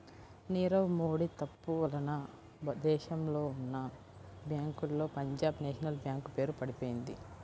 నీరవ్ మోడీ తప్పు వలన దేశంలో ఉన్నా బ్యేంకుల్లో పంజాబ్ నేషనల్ బ్యేంకు పేరు పడిపొయింది